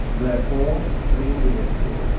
therefore, for the individual,